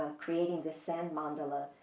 ah creating the sand mandala,